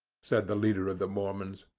said the leader of the mormons.